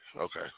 okay